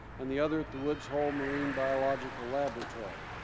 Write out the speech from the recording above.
and the other at the woods hole marine biological laboratory.